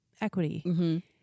equity